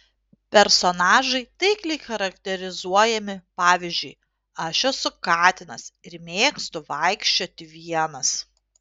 personažai taikliai charakterizuojami pavyzdžiui aš esu katinas ir mėgstu vaikščioti vienas